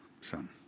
son